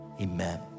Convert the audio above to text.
Amen